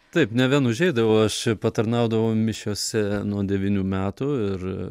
taip ne vien užeidavau aš patarnaudavau mišiose nuo devynių metų ir